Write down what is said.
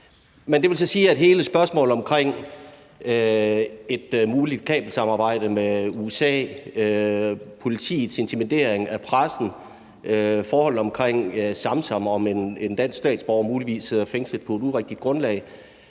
Det vil så sige, at hele spørgsmålet om et muligt kabelsamarbejde med USA, politiets intimidering af pressen, forholdet omkring Samsam, en dansk statsborger, der muligvis sidder fængslet på et urigtigt grundlag,